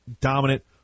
dominant